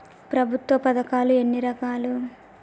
ప్రభుత్వ పథకాలు ఎన్ని రకాలు?